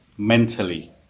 Mentally